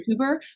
YouTuber